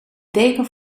deken